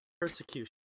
Persecution